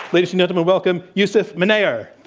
ladies and gentlemen, welcome yousef munayyer.